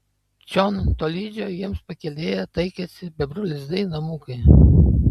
čion tolydžio jiems pakelėje taikėsi bebrų lizdai namukai